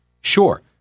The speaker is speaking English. Sure